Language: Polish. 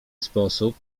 sposób